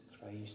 Christ